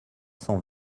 cent